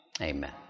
Amen